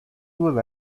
دور